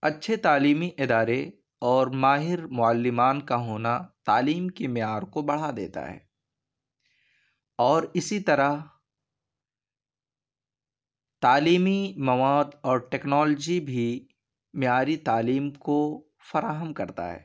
اچّھے تعلیمی ادارے اور ماہر معلمان کا ہونا تعلیم کے میعار کو بڑھا دیتا ہے اور اسی طرح تعلیمی مواد اور ٹیکنالوجی بھی معیاری تعلیم کو فراہم کرتا ہے